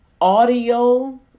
audio